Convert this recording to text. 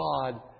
God